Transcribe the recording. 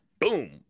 Boom